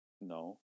No